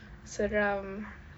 seram